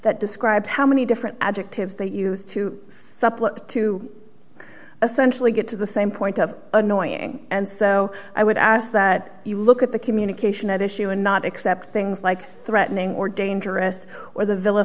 that describes how many different adjectives they use to supplicate to essentially get to the same point of annoying and so i would ask that you look at the communication at issue and not accept things like threatening or dangerous or the vil